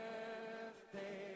Birthday